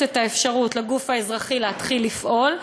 את האפשרות לגוף האזרחי להתחיל לפעול,